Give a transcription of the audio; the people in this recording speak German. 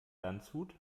landshut